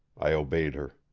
i obeyed her.